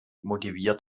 motiviert